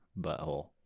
butthole